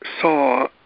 saw